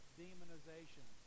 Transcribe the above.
demonization